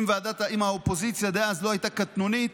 אם האופוזיציה דאז לא הייתה קטנונית,